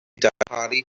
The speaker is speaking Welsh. darparu